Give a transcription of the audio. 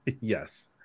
Yes